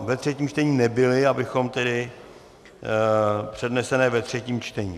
Ve třetím čtení nebyly, abychom tedy předneseny ve třetím čtení.